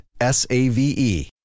S-A-V-E